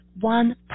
one